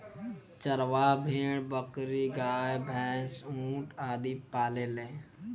चरवाह भेड़, बकरी, गाय, भैन्स, ऊंट आदि पालेले